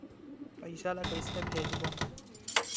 पईसा ला कइसे भेजबोन?